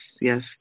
yes